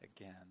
again